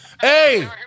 Hey